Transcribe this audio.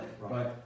right